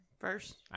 First